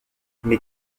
mais